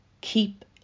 Keep